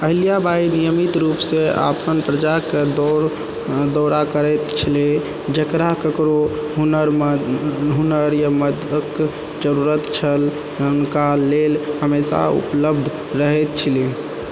अहिल्या बाई नियमित रूपसँ अपन प्रजाके दौड़ा करैत छलीह जकरा ककरो हुनकर मददके जरूरत छल हुनका लेल हमेशा उपलब्ध रहैत छलीह